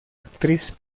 actriz